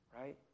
right